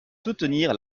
soutenir